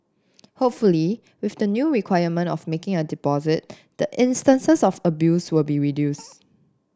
hopefully with the new requirement of making a deposit the instances of abuse will be reduced